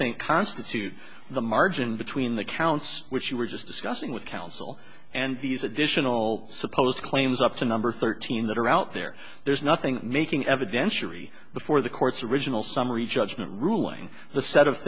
think constitute the margin between the counts which you were just discussing with counsel and these additional supposed claims up to number thirteen that are out there there's nothing making evidentiary before the courts original summary judgment ruling the set of